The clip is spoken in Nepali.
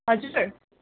हजुर सर